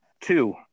two